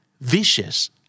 Vicious